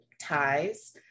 ties